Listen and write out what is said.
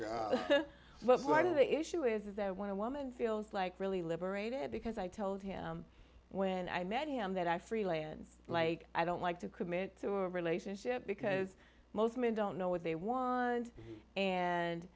s more to the issue is is there one woman feels like really liberated because i told him when i met him that i freelance like i don't like to commit to a relationship because most men don't know what they want and